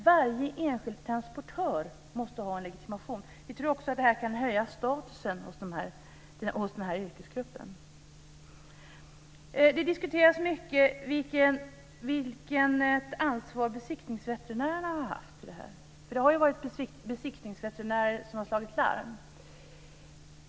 Varje enskild transportör måste ha en legitimation. Vi tror också att det kan höja statusen hos den här yrkesgruppen. Det diskuteras mycket vilket ansvar besiktningsveterinärerna har haft. Det har ju varit besiktningsveterinärer som har slagit larm.